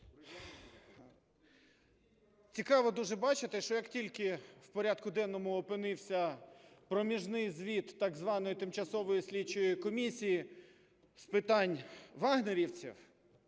Цікаво дуже бачити, що як тільки в порядку денному опинився проміжний звіт так званої Тимчасової слідчої комісії з питань "вагнерівців",